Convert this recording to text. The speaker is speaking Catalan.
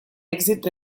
èxit